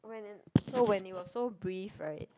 when it so when they were so brief right